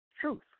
truth